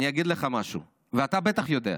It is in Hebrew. אני אגיד לך משהו ואתה בטח יודע,